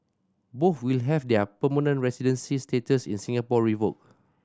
both will have their permanent residency status in Singapore revoked